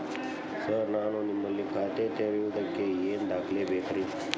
Sir ನಾನು ನಿಮ್ಮಲ್ಲಿ ಖಾತೆ ತೆರೆಯುವುದಕ್ಕೆ ಏನ್ ದಾಖಲೆ ಬೇಕ್ರಿ?